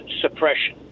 suppression